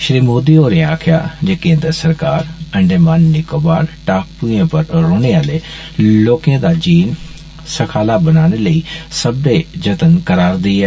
श्री मोदी होरे आक्खेआ जे केन्द्र सरकार अंडमान निकोवार टापुएं पर रौहने आले लाकें दा जीन सखला बनाने लेई सब्बने यतन करारदी ऐ